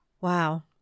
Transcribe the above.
Wow